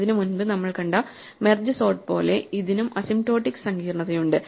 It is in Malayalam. ഇതിന് മുമ്പ് നമ്മൾ കണ്ട മെർജ് സോർട്ട് പോലെ ഇതിനും അസിംപ്റ്റോട്ടിക് സങ്കീർണ്ണതയുണ്ട്